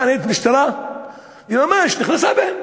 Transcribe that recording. באה ניידת משטרה וממש נכנסה בהם.